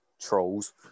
trolls